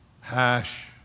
hash